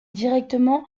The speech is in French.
directement